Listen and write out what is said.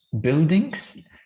buildings